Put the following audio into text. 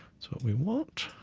what we want.